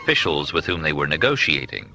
officials with whom they were negotiating